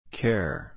care